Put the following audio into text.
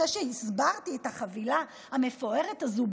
אחרי שהסברתי לך את החבילה המפוארת הזו,